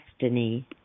destiny